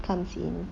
comes in